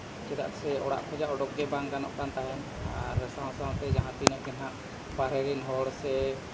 ᱪᱮᱫᱟᱜ ᱥᱮ ᱚᱲᱟᱜ ᱠᱷᱚᱱᱟᱜ ᱩᱰᱩᱠᱼᱜᱮ ᱵᱟᱝ ᱜᱟᱱᱚᱜ ᱠᱟᱱ ᱛᱟᱦᱮᱸᱫ ᱟᱨ ᱥᱟᱶ ᱥᱟᱶᱛᱮ ᱡᱟᱦᱟᱸ ᱛᱤᱱᱟᱹᱜ ᱜᱮ ᱦᱟᱸᱜ ᱵᱟᱦᱨᱮ ᱨᱮᱱ ᱦᱚᱲ ᱥᱮ